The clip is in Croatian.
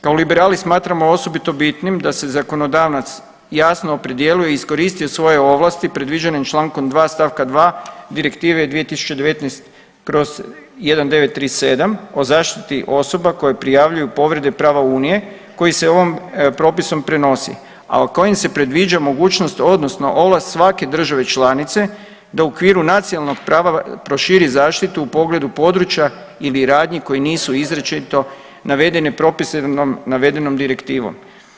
Kao liberali smatramo osobito bitnim da se zakonodavac jasno opredijelio i iskoristio svoje ovlasti predviđenim čl. 2. st. 2. Direktive 2019/1937 o zaštiti osoba koje prijavljuju povrede prava unije koji se ovim propisom prenosi, a kojim se predviđa mogućnost odnosno ovlast svake države članice da u okviru nacionalnog prava proširi zaštitu u pogledu područja ili radnji koji nisu izričito navedeno propisanom navedenom direktivom.